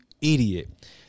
idiot